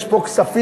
יש פה כספים,